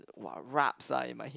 !wah! rabs ah in my head